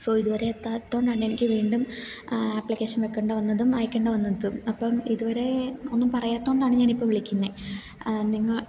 so ഇതുവരെ എത്താത്തത് കൊണ്ട് എനിക്ക് വീണ്ടും ആപ്ലിക്കേഷൻ വെക്കേണ്ട വന്നതും അയക്കേണ്ട വന്നതും അപ്പം ഇതുവരെ ഒന്നും പറയാത്തത് കൊണ്ടാണ് ഞാനിപ്പം വിളിക്കുന്നത് നിങ്ങ